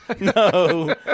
No